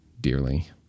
dearly